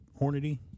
Hornady